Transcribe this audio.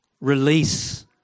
release